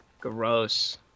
gross